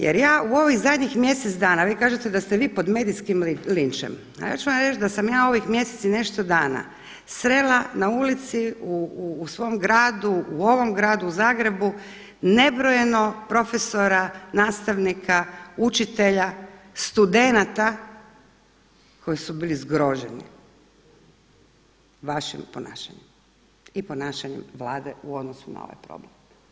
Jer ja u ovih zadnjih mjesec dana, vi kažete da ste vi pod medijskim linčem, a ja ću vam reći da sam ja ovih mjesec i nešto dana srela na ulici, u svom gradu, u ovom Gradu Zagrebu nebrojeno profesora, nastavnika, učitelja, studenata koji su bili zgroženi vašim ponašanjem i ponašanjem Vlade u odnosu na ovaj problem.